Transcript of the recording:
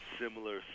similar